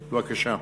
בבקשה.